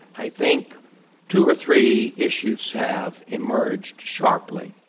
i think two or three issues have emerged sharply.